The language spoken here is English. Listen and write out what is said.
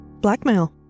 Blackmail